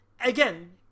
again